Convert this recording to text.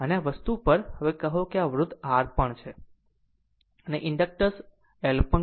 અને આ વસ્તુની પર કહો જેનો અવરોધ પણ r છે અને ઇન્ડક્ટન્સ L કહે છે